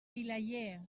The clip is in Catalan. vilaller